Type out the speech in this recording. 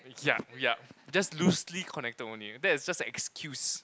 yup yup just loosely connected only that is just an excuse